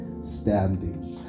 standing